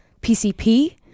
PCP